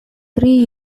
three